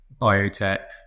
biotech